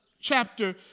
chapter